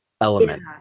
element